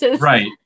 right